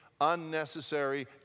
unnecessary